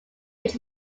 which